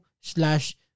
slash